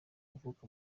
uvuka